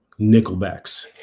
nickelbacks